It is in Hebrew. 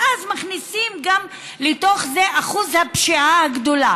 ואז מכניסים לתוך זה גם את אחוז הפשיעה הגדול.